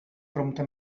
prompte